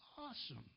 awesome